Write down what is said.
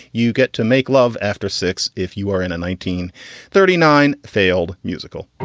you get to make love after six if you are in a nineteen thirty nine failed musical